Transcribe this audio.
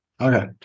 Okay